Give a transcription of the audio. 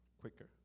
quicker